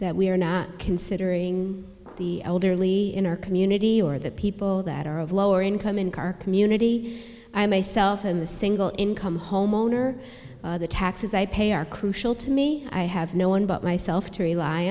that we are not considering the elderly in our community or the people that are of lower income in car community i myself and the single income homeowner the taxes i pay are crucial to me i have no one but myself to rely